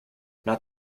not